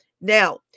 Now